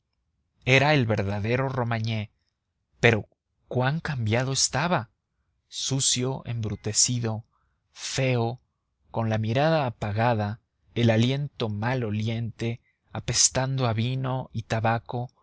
era el verdadero romagné pero cuán cambiado estaba sucio embrutecido feo con la mirada apagada el aliento mal oliente apestando a vino y tabaco